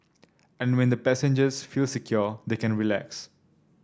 and when the passengers feel secure they can relax